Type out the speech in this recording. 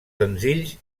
senzills